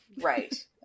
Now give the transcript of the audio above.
right